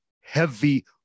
heavy